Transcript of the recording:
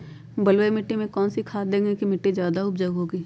बलुई मिट्टी में कौन कौन से खाद देगें की मिट्टी ज्यादा उपजाऊ होगी?